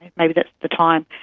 maybe that's the time,